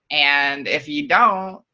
and if you don't,